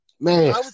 Man